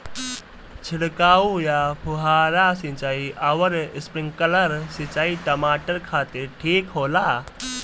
छिड़काव या फुहारा सिंचाई आउर स्प्रिंकलर सिंचाई टमाटर खातिर ठीक होला?